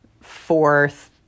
fourth